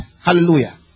Hallelujah